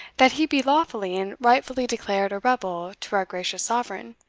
that he be lawfully and rightfully declared a rebel to our gracious sovereign,